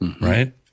Right